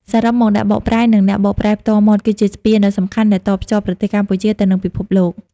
សរុបមក អ្នកបកប្រែ និងអ្នកបកប្រែផ្ទាល់មាត់ គឺជាស្ពានដ៏សំខាន់ដែលតភ្ជាប់ប្រទេសកម្ពុជាទៅនឹងពិភពលោក។